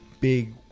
big